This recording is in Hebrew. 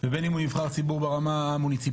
ובין אם הוא נבחר ציבור ברמה המוניציפלית,